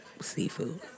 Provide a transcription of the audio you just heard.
seafood